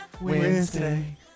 Wednesday